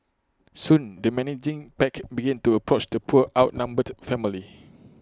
soon the menacing pack began to approach the poor outnumbered family